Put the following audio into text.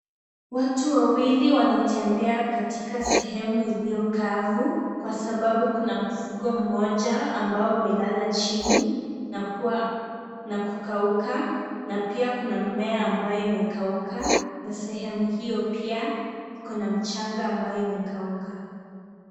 Watu wawili wanatembea katika sehemu iliyokavu kwa sababu kuna mfugo mmoja ambao umelala chini na kuwa na kukauka na pia kuna mimea ambayo imekauka na sehemu pia iko na mchanga ambayo imekauka.